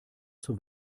zur